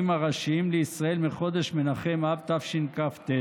הראשיים לישראל מחודש מנחם אב תשכ"ט,